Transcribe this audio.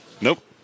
Nope